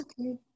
okay